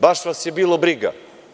Baš vas je bilo briga.